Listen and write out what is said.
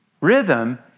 rhythm